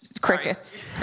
Crickets